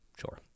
Sure